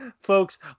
folks